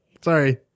Sorry